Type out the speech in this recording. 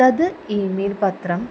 तत् email पत्रम्